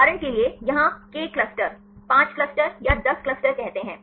उदाहरण के लिए यहाँ k क्लस्टर 5 क्लस्टर या 10 क्लस्टर कहते हैं